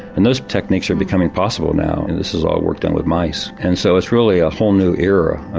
and those techniques are becoming possible now, and this is all work done with mice. and so it's really a whole new era, ah